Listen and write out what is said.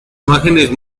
imágenes